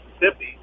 Mississippi